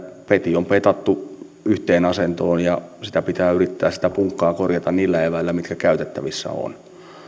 peti on petattu yhteen asentoon ja pitää yrittää sitä punkkaa korjata niillä eväillä mitkä käytettävissä on mutta